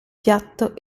piatto